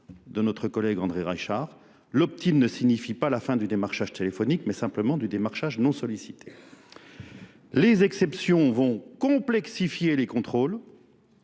de notre collègue André Reichard. L'optime ne signifie pas la fin du démarchage téléphonique, mais simplement du démarchage non sollicité. Les exceptions vont complexifier les contrôles.